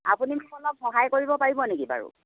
আপুনি মোক অলপ সহায় কৰিব পাৰিব নেকি বাৰু